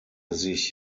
sich